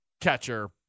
catcher